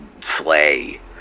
slay